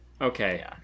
okay